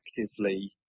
actively